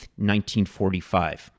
1945